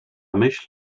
myśl